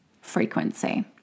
frequency